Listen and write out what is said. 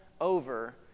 over